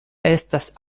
estas